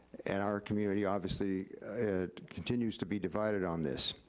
and our community obviously continues to be divided on this,